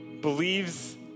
believes